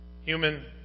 Human